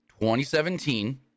2017